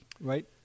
Right